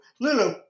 Lulu